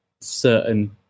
certain